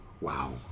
wow